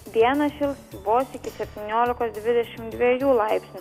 dieną šils vos iki septyniolikos dvidešimt dviejų laipsnių